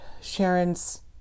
Sharon's